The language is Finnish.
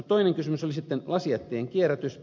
toinen kysymys oli sitten lasijätteen kierrätys